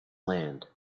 land